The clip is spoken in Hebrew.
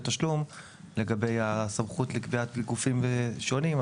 תשלום לגבי הסמכות לקביעת גופים שונים,